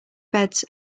beds